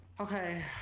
Okay